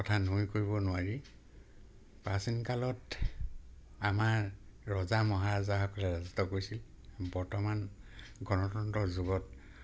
কথা নুই কৰিব নোৱাৰি প্ৰাচীন কালত আমাৰ ৰজা মহাৰজাসকলে ৰাজত্ব কৰিছিল বৰ্তমান গণতন্ত্ৰৰ যুগত